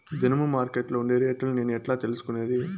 దినము మార్కెట్లో ఉండే రేట్లని నేను ఎట్లా తెలుసుకునేది?